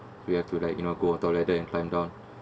we have to like you know go a tower there and climb down